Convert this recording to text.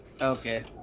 Okay